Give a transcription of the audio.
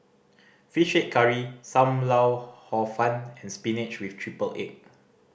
Fish Head Curry Sam Lau Hor Fun and spinach with triple egg